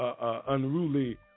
unruly